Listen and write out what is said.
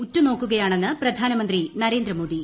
ഉറ്റുനോക്കുകയാണെന്ന് പ്രധാനമന്ത്രി നരേന്ദ്രമോദി